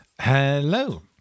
Hello